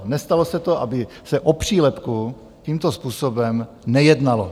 Nestalo se, aby se o přílepku tímto způsobem nejednalo.